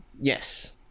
yes